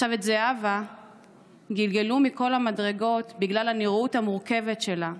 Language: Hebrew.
את זהבה גלגלו מכל המדרגות בגלל הנראות המורכבת שלה,